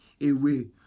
away